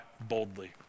boldly